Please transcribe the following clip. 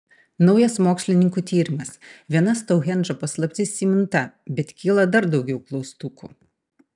naujas mokslininkų tyrimas viena stounhendžo paslaptis įminta bet kyla dar daugiau klaustukų